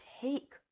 take